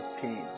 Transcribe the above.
pain